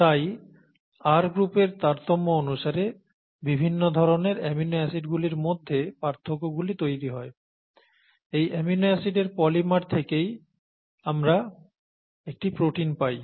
তাই R গ্রুপের তারতম্য অনুসারে বিভিন্ন ধরনের অ্যামিনো অ্যাসিডগুলির মধ্যে পার্থক্য তৈরী হয় এই অ্যামিনো অ্যাসিডের পলিমার থেকেই আমরা একটি প্রোটিন পাই